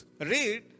read